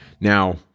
Now